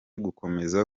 gukomeza